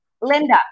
Linda